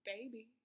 Baby